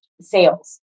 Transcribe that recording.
sales